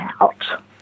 out